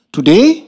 Today